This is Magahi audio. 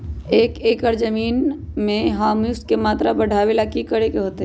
एक एकड़ जमीन में ह्यूमस के मात्रा बढ़ावे ला की करे के होतई?